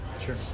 sure